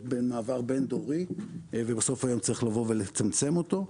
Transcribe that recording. בין מעבר בין דורי ובסוף היום צריך לצמצם אותו.